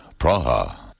Praha